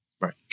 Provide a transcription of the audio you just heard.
Right